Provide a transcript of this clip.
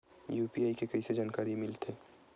UPI के जानकारी कइसे मिलही?